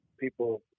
people